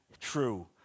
true